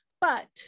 But-